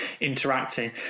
interacting